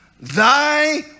thy